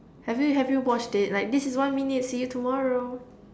have you have you watched it like this is one minute see you tomorrow